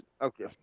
okay